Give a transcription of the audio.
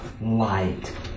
light